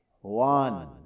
one